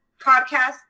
podcast